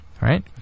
right